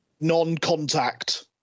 non-contact